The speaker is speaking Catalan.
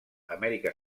amèrica